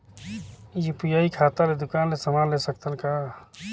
UPI खाता ले दुकान ले समान ले सकथन कौन?